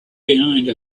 behind